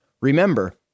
Remember